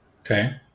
Okay